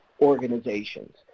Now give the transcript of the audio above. organizations